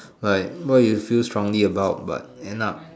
like what you feel strongly about but end up